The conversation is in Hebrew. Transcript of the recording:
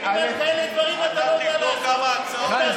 אם דברים כאלה אתה לא יודע לעשות, איך